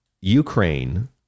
Ukraine